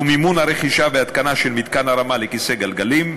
ומימון הרכישה וההתקנה של מתקן הרמה לכיסא גלגלים,